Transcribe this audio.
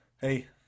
hey